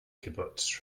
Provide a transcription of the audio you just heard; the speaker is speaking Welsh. cibwts